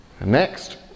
Next